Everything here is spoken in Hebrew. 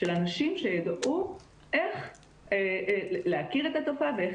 של אנשים שיידעו איך להכיר את התופעה ואיך